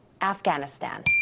Afghanistan